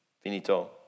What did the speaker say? finito